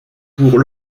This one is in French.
pour